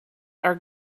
are